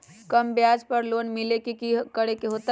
कम ब्याज पर लोन की करे के होतई?